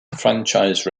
franchise